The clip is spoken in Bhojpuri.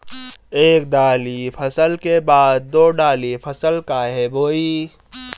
एक दाली फसल के बाद दो डाली फसल काहे बोई?